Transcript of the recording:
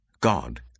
God